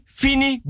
fini